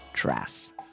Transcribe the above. dress